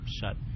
shut